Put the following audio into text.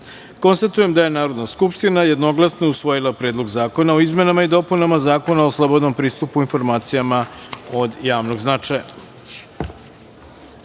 174.Konstatujem da je Narodna skupština jednoglasno usvojila Predlog zakona o izmenama i dopunama Zakona o slobodnom pristupu informacijama od javnog značaja. Pre